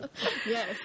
Yes